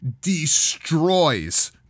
destroys